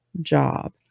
job